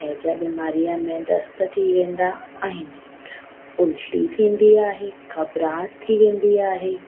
हैजा बीमारीअ में दस्त थी वेंदा आहिनि उल्टी थींदी आहे घबराहट थी वेंदी आहे